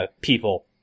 people